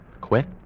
Quit